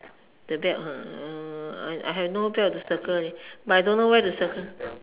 the belt ha uh I have no belt to circle leh but I don't know where to circle